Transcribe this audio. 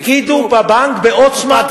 הפקידו בבנק, ב"עוצמה".